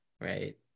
Right